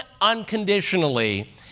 unconditionally